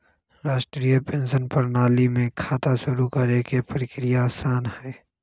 राष्ट्रीय पेंशन प्रणाली में खाता शुरू करे के प्रक्रिया आसान हई